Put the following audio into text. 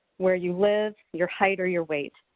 where you live, your height or your weight.